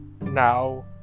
now